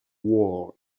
war